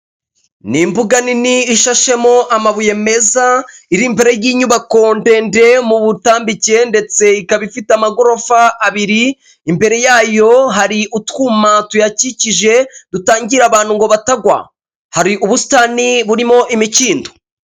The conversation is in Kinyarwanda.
Ni imbuga nini ishashemo amabuye meza irimbu ry'inyubako ndende mu butambike ndetse ikaba ifite amagorofa abiri, imbere yayo hari utwuma tuyakikije dutangira abantu ngo batagwa hari ubusitani burimo imikindo.